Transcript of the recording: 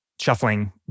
shuffling